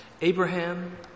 Abraham